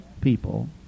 people